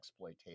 exploitative